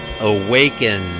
awaken